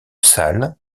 salle